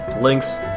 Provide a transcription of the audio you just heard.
links